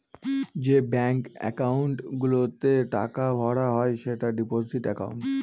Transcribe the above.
যে bank account গুলোতে টাকা ভরা হয় সেটা ডিপোজিট একাউন্ট